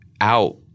out